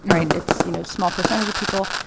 right? it's, you know small percentage of people,